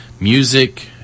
music